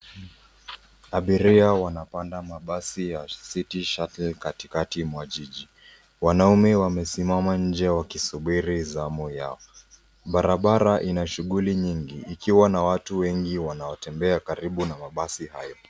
Abiria wanapanda mabasi ya City Shuttle katikati mwa jiji. Wanaume wamesimama nje wakisubiri zamu yao. Barabara ina shughuli nyingi ikiwa na watu wengi wanaotembea karibu na mabasi hayo.